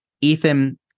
Ethan